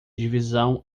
divisão